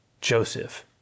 Joseph